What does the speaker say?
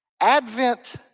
Advent